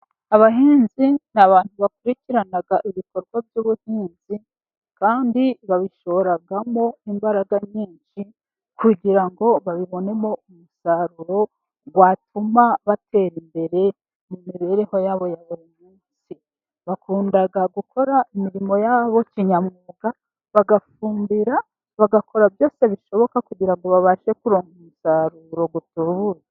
Abahinzi ni abantu bakurikirana ibikorwa by'ubuhinzi, kandi babishoramo imbaraga nyinshi, kugira ngo babibonemo umusaruro watuma batera imbere n'imibereho yabo ya buri munsi. Bakunda gukora imirimo yabo kinyamwuga, bagafumbira, bagakora byose bishoboka, kugira ngo babashe kuronka umusaruro utubutse.